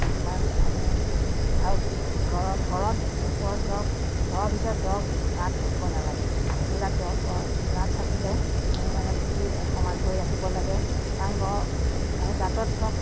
কিছুমান আমি আৰু ধৰ ঘৰত ওচৰত ধৰক ঘৰৰ ভিতৰত ধৰক গাঁত থাকিব নেলাগে সেইবিলাক ধৰক গ গাঁত থাকিলে আমি মানে পুঁতি সমান কৰি ৰাখিব লাগে কাৰণ গ সেই গাঁতত ধৰক